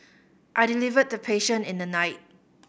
I delivered the patient in the night